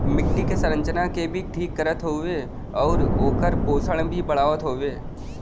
मट्टी क संरचना के भी ठीक करत हउवे आउर ओकर पोषण भी बढ़ावत हउवे